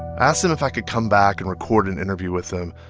asked them if i could come back and record an interview with them,